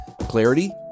Clarity